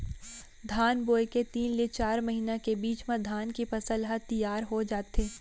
धान बोए के तीन ले चार महिना के बीच म धान के फसल ह तियार हो जाथे